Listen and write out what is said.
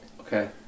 Okay